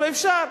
ואפשר,